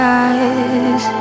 eyes